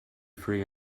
free